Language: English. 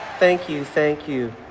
thank you. thank you.